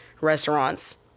restaurants